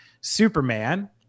superman